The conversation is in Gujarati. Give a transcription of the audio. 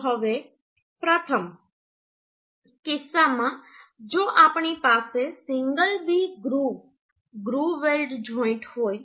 તો હવે પ્રથમ કિસ્સામાં જો આપણી પાસે single V groove groove weld joint હોય